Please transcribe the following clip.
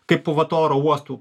kaip po va to oro uostų